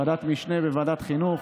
ועדת משנה של ועדת החינוך,